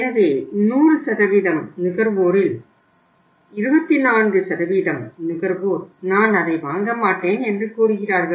எனவே 100 நுகர்வோரில் 24 நுகர்வோர் நான் அதை வாங்க மாட்டேன் என்று கூறுகிறார்கள்